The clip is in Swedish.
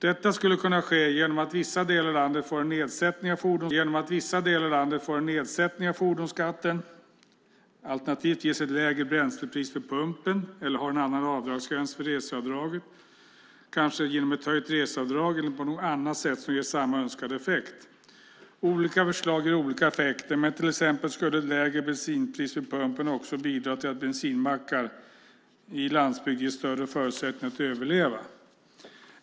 Detta skulle kunna ske genom att vissa delar av landet får en nedsättning av fordonsskatten, alternativt ges ett lägre bränslepris vid pumpen eller får en annan avdragsgräns för reseavdraget - kanske ett höjt reseavdrag eller något annat som ger samma önskade effekt. Olika förslag ger olika effekter. Till exempel skulle ett lägre bensinpris vid pumpen bidra till att bensinmackar i landsbygd ges större förutsättningar att överleva.